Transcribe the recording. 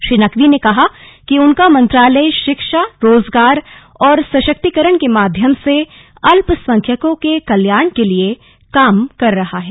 श्री नकवी ने कहा कि उनका मंत्रालय शिक्षा रोजगार और सशक्तिकरण के माध्यम से अल्पसंख्यकों के कल्याण के लिए काम कर रहा है